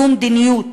זו מדיניות,